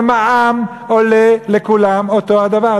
אבל מע"מ עולה לכולם אותו הדבר.